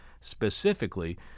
specifically